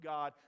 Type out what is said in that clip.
God